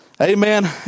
Amen